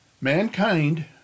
mankind